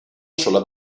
sola